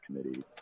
Committee